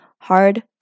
Hard